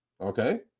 Okay